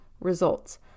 results